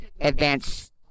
advanced